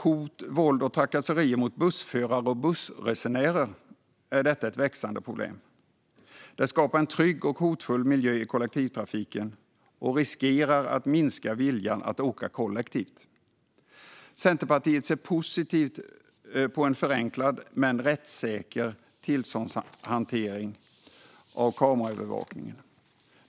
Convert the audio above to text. Hot, våld och trakasserier mot bussförare och bussresenärer är ett växande problem. Det skapar en otrygg och hotfull miljö i kollektivtrafiken och riskerar att minska viljan att åka kollektivt. Centerpartiet ser positivt på en förenklad men rättssäker tillståndshantering av kameraövervakningen.